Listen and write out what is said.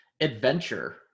Adventure